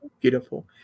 beautiful